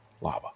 lava